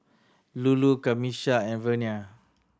Lulu Camisha and Vernia